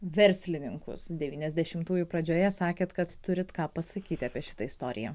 verslininkus devyniasdešimtųjų pradžioje sakėt kad turite ką pasakyti apie šitą istoriją